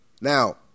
Now